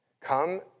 come